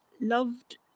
loved